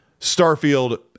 Starfield